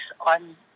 on